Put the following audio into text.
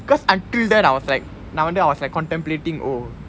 because until then I was like நா வந்து:naa vanthu I was like contemplating oh